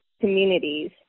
communities